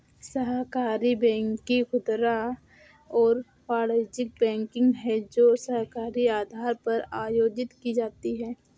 सहकारी बैंकिंग खुदरा और वाणिज्यिक बैंकिंग है जो सहकारी आधार पर आयोजित की जाती है